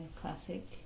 classic